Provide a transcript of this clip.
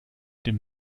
dem